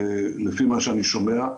לפי מה שאני שומע.